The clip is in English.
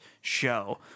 show